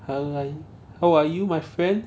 hello hi how are you my friend